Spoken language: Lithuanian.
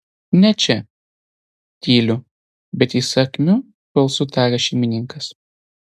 ne čia tyliu bet įsakmiu balsu taria šeimininkas